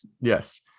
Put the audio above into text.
Yes